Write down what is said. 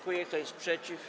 Kto jest przeciw?